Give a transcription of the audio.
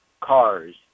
cars